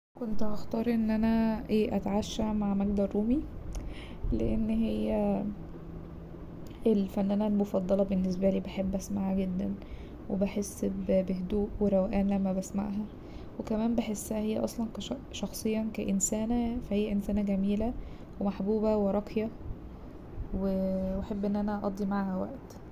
كنت هختار ان انا اتعشى مع ماجدة الرومي لأن هي الفنانة المفضلة بالنسبالي بحب اسمعها جدا وبحس بهدوء وروقان لما بسمعها وكمان بحسها هي اصلا كش- شخصيا كإنسانة فهي انسانة جميلة ومحبوبة وراقية وأحب ان انا اقضي معاها وقت.